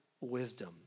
wisdom